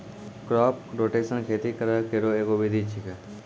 crop rotation खेती करै केरो एगो विधि छिकै